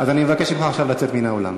אז אני מבקש ממך עכשיו לצאת מן האולם.